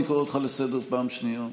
אני קורא אותך לסדר פעם שנייה.